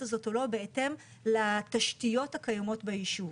הזאת או לא בהתאם לתשתיות הקיימות ביישוב.